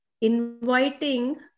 inviting